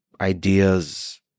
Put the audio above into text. ideas